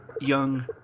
young